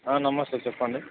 నమస్తే చెప్పండి